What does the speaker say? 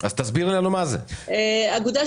בסעיף